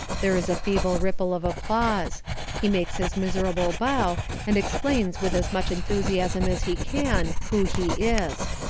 there is a feeble ripple of applause he makes his miserable bow and explains with as much enthusiasm as he can who he is.